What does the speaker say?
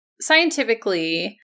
scientifically